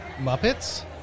Muppets